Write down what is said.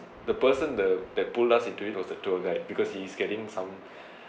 the person the that pull us into it was the tour guide because he's getting some